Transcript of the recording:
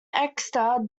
exeter